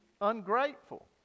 ungrateful